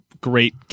great